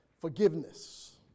forgiveness